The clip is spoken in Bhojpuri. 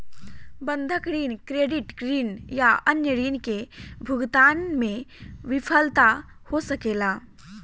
बंधक ऋण, क्रेडिट ऋण या अन्य ऋण के भुगतान में विफलता हो सकेला